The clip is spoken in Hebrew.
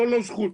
זה לא זכות.